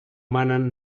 manen